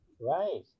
right